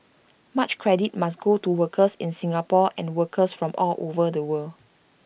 much credit must go to workers in Singapore and workers from all over the world